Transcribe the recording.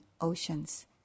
oceans